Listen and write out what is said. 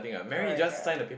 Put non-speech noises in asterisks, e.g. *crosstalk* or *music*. correct sia *noise*